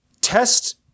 test